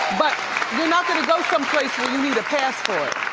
but you're not gonna go someplace where you need a passport,